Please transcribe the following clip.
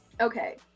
okay